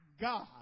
God